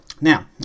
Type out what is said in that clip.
Now